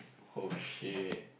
oh shit